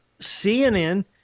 CNN